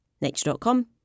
Nature.com